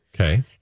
okay